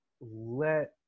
let